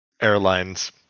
airlines